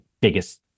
biggest